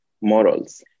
morals